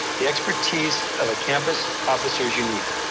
the expertise of a campus officer is unique.